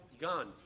gone